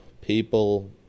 people